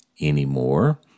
anymore